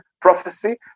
prophecy